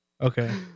Okay